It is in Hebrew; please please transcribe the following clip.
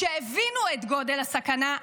שהבינו את גודל הסכנה,